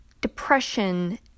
depression